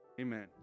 amen